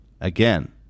Again